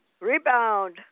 Rebound